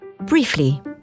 Briefly